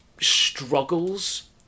struggles